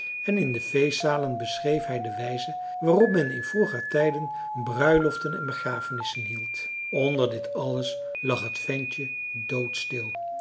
en in de feestzalen beschreef hij de wijze waarop men in vroeger tijden bruiloften en begrafenissen hield onder dit alles lag het ventje doodstil